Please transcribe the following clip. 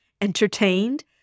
entertained